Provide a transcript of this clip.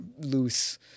loose